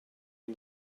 and